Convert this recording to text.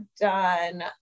done